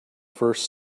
first